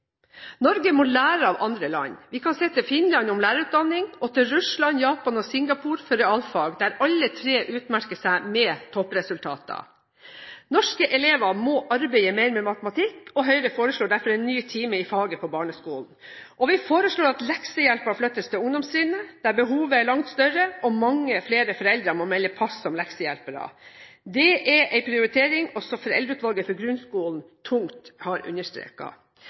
Norge må lære av andre land. Vi kan se til Finland om lærerutdanning, og til Russland, Japan og Singapore når det gjelder realfag, der alle tre utmerker seg med toppresultater. Norske elever må arbeide mer med matematikk, og Høyre foreslår derfor en ny time i faget i barneskolen. Og vi foreslår at leksehjelpen flyttes til ungdomstrinnet, der behovet er langt større og mange foreldre må melde pass som leksehjelpere. Det er en prioritering også Foreldreutvalget for grunnopplæringen sterkt har